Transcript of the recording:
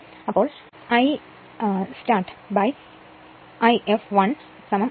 അപ്പോൾ I startI I fl5